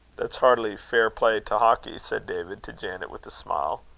that's hardly fair play to hawkie, said david to janet with a smile.